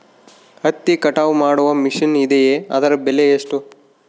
ಹತ್ತಿ ಕಟಾವು ಮಾಡುವ ಮಿಷನ್ ಇದೆಯೇ ಅದರ ಬೆಲೆ ಎಷ್ಟು?